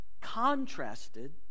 Contrasted